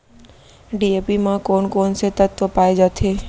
DAP म कोन कोन से तत्व पाए जाथे?